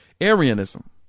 Arianism